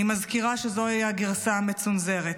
אני מזכירה שזוהי הגרסה המצונזרת.